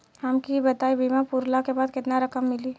हमके ई बताईं बीमा पुरला के बाद केतना रकम मिली?